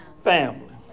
family